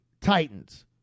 Titans